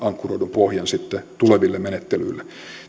pohjan tuleville menettelyille